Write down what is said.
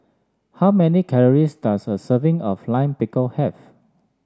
how many calories does a serving of Lime Pickle have